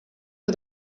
are